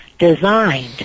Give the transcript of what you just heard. Designed